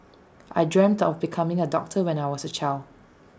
I dreamt of becoming A doctor when I was A child